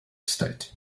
state